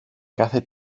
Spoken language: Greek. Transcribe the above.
κάθε